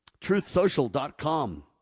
TruthSocial.com